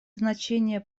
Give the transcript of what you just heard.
значение